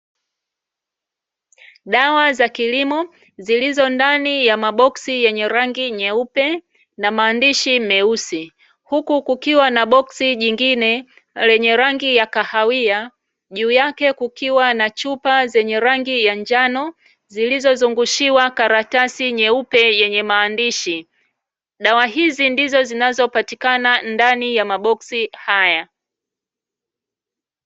Dawa za kilimo zilizo ndani ya maboksi yenye rangi nyeupe na maandishi meusi, huku kukiwa na boksi jingine lenye rangi ya kahawia, juu yake kukiwa na chupa zenye rangi ya njano, zilizozungushiwa karatasi nyeupe yenye maandishi. Dawa hizi ndizo zinazopatikana ndani ya maboksi haya.